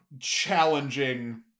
challenging